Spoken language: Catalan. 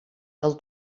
del